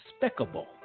despicable